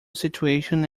situation